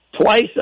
twice